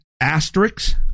asterisks